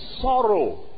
sorrow